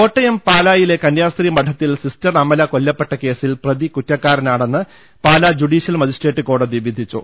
കോട്ടയം പാലായിലെ കന്യാസ്ത്രീ മഠത്തിൽ സിസ്റ്റർ അമല കൊല്ലപ്പെട്ട കേസിൽ ഒരാൾ കുറ്റക്കാരനാണെന്ന് പാലാ ജുഡീഷൃൽ മജിസ്ട്രേറ്റ് കോടതി വിധിച്ചു